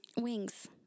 Wings